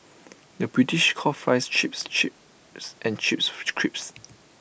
the British calls Fries Chips chips and chips crips